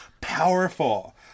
powerful